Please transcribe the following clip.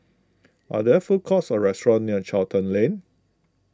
are there food courts or restaurants near Charlton Lane